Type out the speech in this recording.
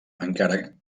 encara